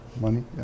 money